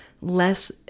less